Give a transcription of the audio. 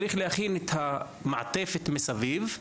צריך להכין את המעטפת מסביב,